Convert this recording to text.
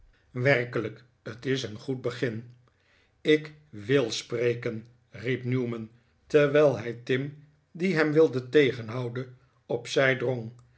werkelijk het is een goed begin ik wil spreken riep newman terwijl hij tim die hem wilde tegenhouden op zij drong